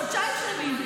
חודשיים שלמים,